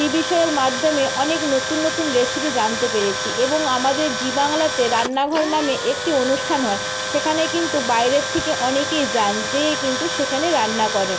TV শোয়ের মাধ্যমে অনেক নতুন নতুন রেসিপি জানতে পেরেছি এবং আমাদের জি বাংলাতে রান্নাঘর নামে একটি অনুষ্ঠান হয় সেখানে কিন্তু বাইরের থেকে অনেকেই যান যেয়ে কিন্তু সেখানে রান্না করেন